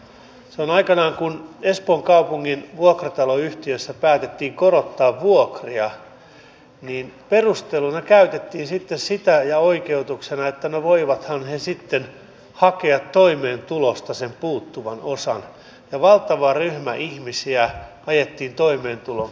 silloin aikanaan kun espoon kaupungin vuokrataloyhtiössä päätettiin korottaa vuokria perusteluna ja oikeutuksena käytettiin sitä että no voivathan he sitten hakea toimeentulotuesta sen puuttuvan osan ja valtava ryhmä ihmisiä ajettiin toimeentulotuen piiriin